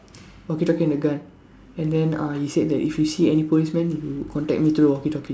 walkie talkie and a gun and then uh he said that if you see any policeman you contact me through the walkie talkie